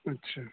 اچھا